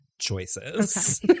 choices